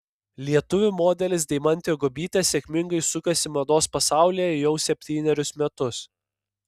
lietuvių modelis deimantė guobytė sėkmingai sukasi mados pasaulyje jau septynerius metus